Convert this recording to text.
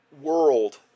world